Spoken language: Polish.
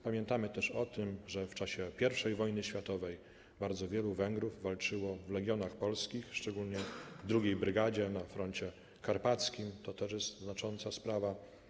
Pamiętamy też o tym, że w czasie I wojny światowej bardzo wielu Węgrów walczyło w Legionach Polskich, szczególnie II Brygadzie na froncie karpackim, to też jest znacząca sprawa.